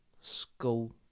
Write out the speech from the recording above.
school